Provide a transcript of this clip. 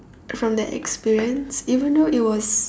from that experience even though it was